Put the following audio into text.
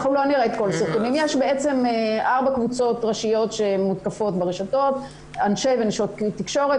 יש בעצם ארבע קבוצות ראשיות שמותקפות ברשתות - אנשי ונשות כלי תקשורת,